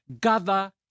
gather